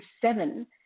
seven